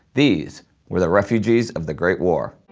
these were the refugees of the great war.